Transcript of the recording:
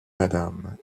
madame